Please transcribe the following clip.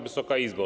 Wysoka Izbo!